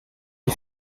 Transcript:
les